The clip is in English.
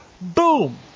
Boom